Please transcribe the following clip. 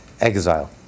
exile